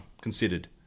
considered